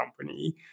company